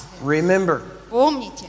Remember